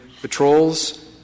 patrols